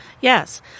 Yes